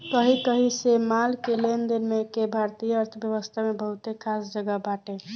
कही कही से माल के लेनदेन के भारतीय अर्थव्यवस्था में बहुते खास जगह बाटे